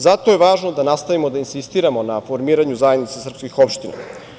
Zato je važno da nastavimo da insistiramo na formiranju zajednice srpskih opština.